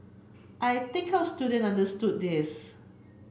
I think our student understood this